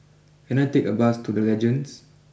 can I take a bus to the Legends